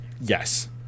Yes